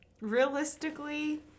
Realistically